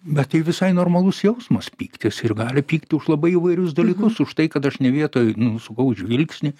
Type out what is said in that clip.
bet tai visai normalus jausmas pyktis ir gali pykt už labai įvairius dalykus už tai kad aš ne vietoj nusukau žvilgsnį